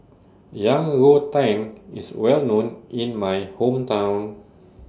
Yang Rou Tang IS Well known in My Hometown